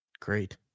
Great